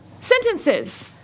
sentences